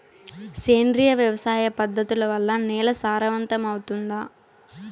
సేంద్రియ వ్యవసాయ పద్ధతుల వల్ల, నేల సారవంతమౌతుందా?